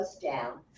down